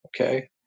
Okay